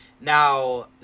now